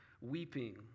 weeping